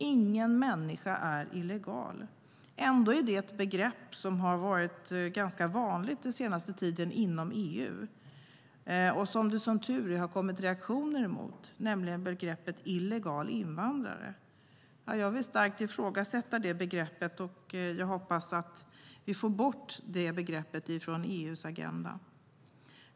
Ingen människa är illegal. Ändå är det ett begrepp som har varit ganska vanligt inom EU den senaste tiden. Som tur är har det kommit reaktioner emot just begreppet illegal invandrare. Jag vill starkt ifrågasätta det begreppet, och jag hoppas att vi får bort det från EU:s agenda.